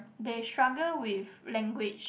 they struggle with language